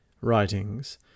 writings